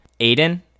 Aiden